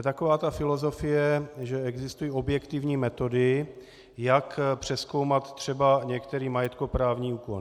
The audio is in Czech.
To je taková ta filozofie, že existují objektivní metody, jak přezkoumat třeba některý majetkoprávní úkon.